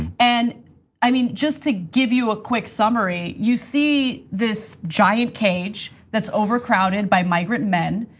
and i mean, just to give you a quick summary, you see, this giant cage that's overcrowded by migrant men.